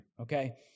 okay